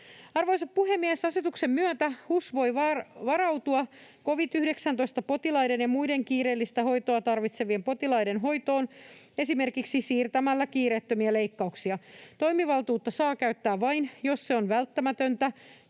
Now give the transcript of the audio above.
Arvoisa puhemies! Asetuksen myötä HUS voi varautua covid-19-potilaiden ja muiden kiireellistä hoitoa tarvitsevien potilaiden hoitoon esimerkiksi siirtämällä kiireettömiä leikkauksia. Toimivaltuutta saa käyttää vain, jos se on välttämätöntä